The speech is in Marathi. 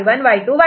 D Y1 S1'S0